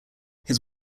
his